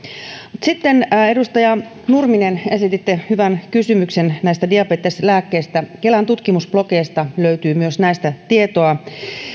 edustaja nurminen esititte hyvän kysymyksen diabeteslääkkeistä kelan tutkimusblogeista löytyy myös näistä tietoa